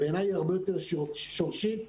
שבעיניי היא הרבה יותר שורשית ועמוקה: